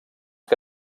que